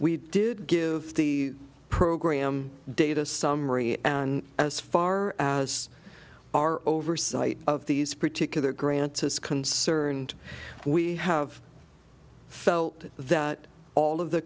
we did give the program data summary as far as our oversight of these particular grants is concerned we have felt that all of the